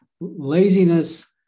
laziness